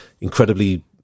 incredibly